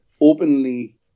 openly